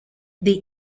this